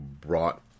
brought